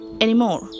anymore